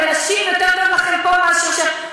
נשים, יותר טוב לכן פה מאשר שם.